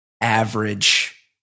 average